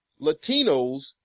Latinos